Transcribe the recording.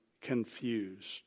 confused